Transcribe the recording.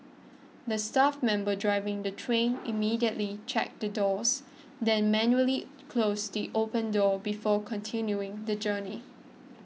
the staff member driving the train immediately checked the doors then manually closed the open door before continuing the journey